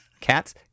Cats